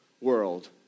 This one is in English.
world